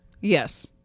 yes